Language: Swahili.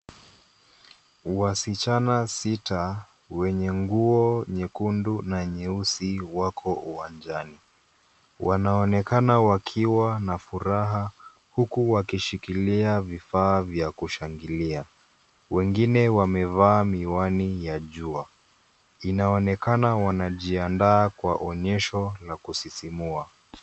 Wasichana sita wenye nguo nyekundu na nyeusi wako uwanjani. Wanaonekana wakiwa na furaha, huku wakishikilia vifaa vya kushangilia. Wengine wamevaa miwani ya jua. Inaonekana wanajiandaa kwa onyesho la kusisimua.